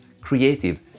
creative